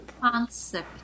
concept